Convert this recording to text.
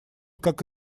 как